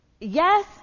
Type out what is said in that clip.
Yes